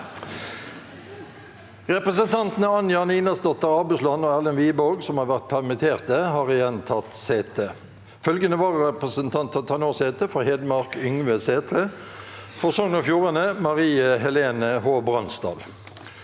Representantene Anja Ninasdotter Abusland og Erlend Wiborg, som har vært permitterte, har igjen tatt sete. Følgende vararepresentanter tar nå sete: Fra Hedmark: Yngve Sætre Fra Sogn og Fjordane: Marie-Helene H. Brandsdal